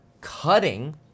cutting